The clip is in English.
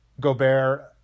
Gobert